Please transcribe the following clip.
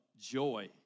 joy